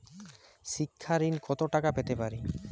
শিক্ষা ঋণ কত টাকা পেতে পারি?